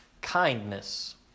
kindness